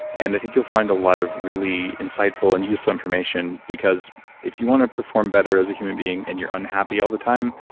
and i think you'll find a lot of really insightful and useful information because if you want to perform better as a human being and you're unhappy all the time,